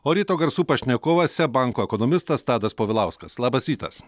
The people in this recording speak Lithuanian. o ryto garsų pašnekovas seb banko ekonomistas tadas povilauskas labas rytas